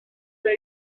neu